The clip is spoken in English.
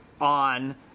on